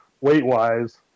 weight-wise